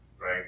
right